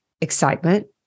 excitement